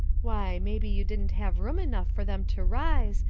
why, maybe you didn't have room enough for them to rise,